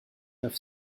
neuf